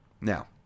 Now